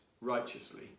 righteously